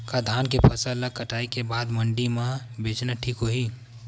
का धान के फसल ल कटाई के बाद मंडी म बेचना ठीक होही?